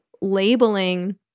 labeling